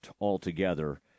altogether